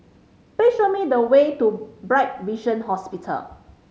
please show me the way to Bright Vision Hospital